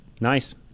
Nice